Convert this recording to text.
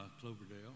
cloverdale